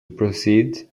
proceed